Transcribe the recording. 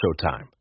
Showtime